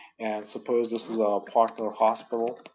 suppose this is our partner hospital